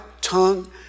tongue